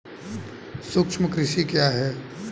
सूक्ष्म कृषि क्या है?